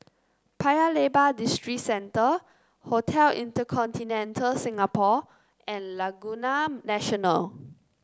Paya Lebar Districentre Hotel InterContinental Singapore and Laguna National